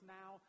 now